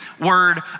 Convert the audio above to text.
word